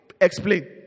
explain